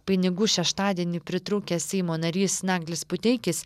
pinigų šeštadienį pritrūkęs seimo narys naglis puteikis